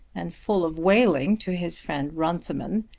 and full of wailing to his friend runciman.